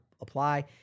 apply